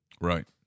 Right